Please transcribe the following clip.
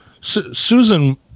Susan